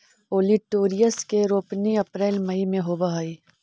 olitorius के रोपनी अप्रेल मई में होवऽ हई